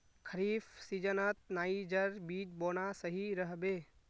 खरीफ सीजनत नाइजर बीज बोना सही रह बे